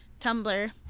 Tumblr